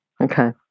Okay